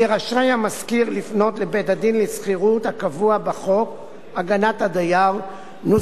יהיה רשאי המשכיר לפנות לבית-הדין לשכירות הקבוע בחוק הגנת הדייר ,